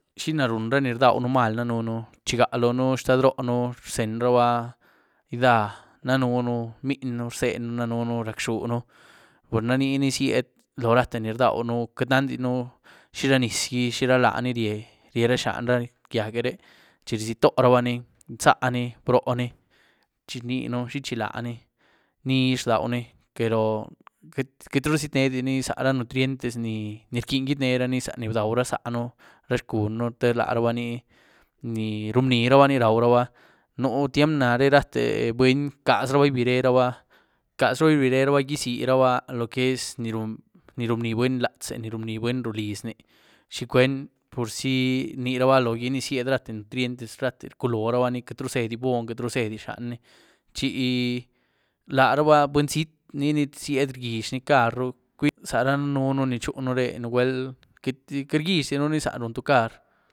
¿Xiná run ra ni rdauën mal dadënú? Rchigá loónú xtadroën rzenyraba edaah, daënú mninyën rzenyën, rac´xuën, pur raniní zied loórate ni rdauën, queitynandíën xirá nyis gí xirá laní ríe-ríehra xan ra gyiagé re, chi zyietoorabaní nzaní, broóní chi rnieën zhichílaní, nizh rdauní, pero queit-queityru ziét´nediní za´ ra nutrientes ni-ni rquieny gyiedneraní za ni bdau ra záaën, ra xculën, telarubaní ni-ni rúubniraba ní bdauraba, nú tyiem nare nu rate buny rcazraba ibireraba-rcazraba ibireraba gyiziraba lo que es ní run-ní rubní buny latz´e, ní rubni buny rulizní, xi cwen, purzí rniruba logí ní zied rate nutrientes, rate, rculorabaní, queityru zedí boon queitru zedí xan´ní chi laraba buny zíéet´niní zied rgyiezhní carru, queit za daënú ni chun ré nugüel queity-queity rgyiezhdiën za run tu car.